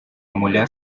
mulher